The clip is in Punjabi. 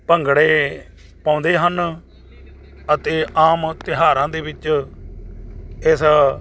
ਭੰਗੜੇ ਪਾਉਂਦੇ ਹਨ ਅਤੇ ਆਮ ਤਿਉਹਾਰਾਂ ਦੇ ਵਿੱਚ ਇਸ